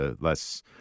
less